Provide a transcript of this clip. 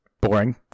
boring